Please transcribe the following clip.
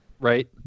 Right